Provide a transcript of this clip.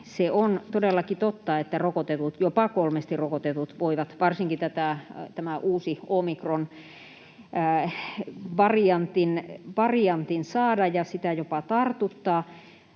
se on todellakin totta, että rokotetut, jopa kolmesti rokotetut, voivat varsinkin tämän uuden omikronvariantin saada ja sitä jopa tartuttaa,